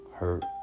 hurt